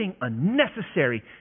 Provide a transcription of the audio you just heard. unnecessary